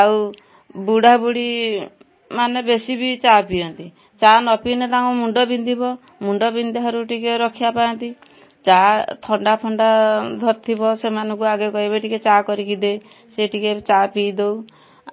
ଆଉ ବୁଢ଼ାବୁଢ଼ୀ ମାନେ ବେଶୀ ବି ଚା ପିଅନ୍ତି ଚା ନ ପିଇନେ ତାଙ୍କ ମୁଣ୍ଡ ବିନ୍ଧିବ ମୁଣ୍ଡ ବିନ୍ଧାରୁ ଟିକେ ରକ୍ଷା ପାଆନ୍ତି ଚା ଥଣ୍ଡା ଫଣ୍ଡା ଧରିଥିବ ସେମାନଙ୍କୁ ଆଗେ କହିବେ ଟିକେ ଚା କରିକି ଦେ ସେ ଟିକେ ଚା ପି ଦଉ